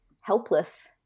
helpless